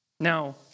Now